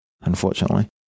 unfortunately